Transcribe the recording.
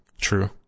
True